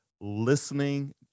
listening